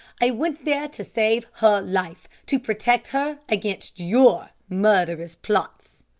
i went there to save her life, to protect her against your murderous plots!